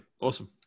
awesome